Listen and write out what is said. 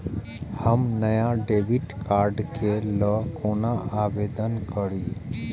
हम नया debit card के लल कौना आवेदन करि?